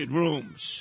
rooms